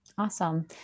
Awesome